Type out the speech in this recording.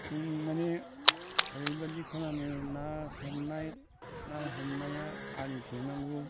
माने ओरैबादि खालामो ना सारनाय ना हमनाया आलि थेनांगौ